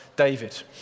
David